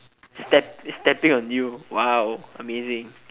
step~ stepping on you !wow! amazing